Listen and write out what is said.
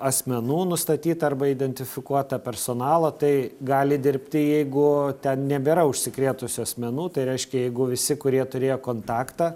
asmenų nustatyta arba identifikuota personalą tai gali dirbti jeigu ten nebėra užsikrėtusių asmenų tai reiškia jeigu visi kurie turėjo kontaktą